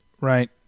Right